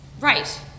Right